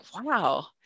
wow